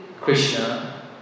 Krishna